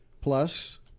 Plus